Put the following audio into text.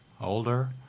older